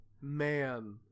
man